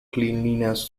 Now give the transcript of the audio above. cleanliness